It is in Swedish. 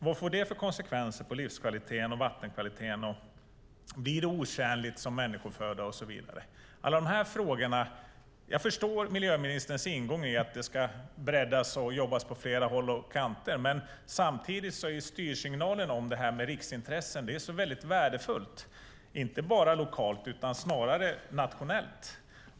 Vilka konsekvenser får det på livskvaliteten och vattenkvaliteten? Blir vattnet otjänligt som människoföda och så vidare? Jag förstår miljöministerns ingång att detta ska breddas och jobbas med på flera håll och kanter. Men samtidigt är styrsignalen om riksintressen så värdefull, inte bara lokalt utan snarare nationellt.